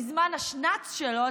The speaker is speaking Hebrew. בזמן השנ"ץ שלו,